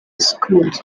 schools